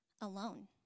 alone